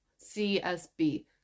CSB